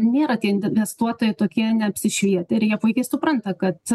nėra tie inestuotojai tokie neapsišvietę ir jie puikiai supranta kad